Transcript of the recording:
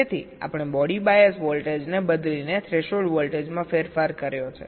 તેથી આપણે body bias વોલ્ટેજને બદલીને થ્રેશોલ્ડ વોલ્ટેજમાં ફેરફાર કર્યો છે